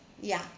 ya